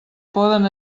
poden